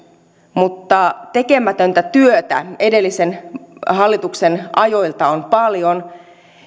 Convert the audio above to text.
mutta tekemätöntä työtä edellisen hallituksen ajoilta on paljon